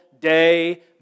day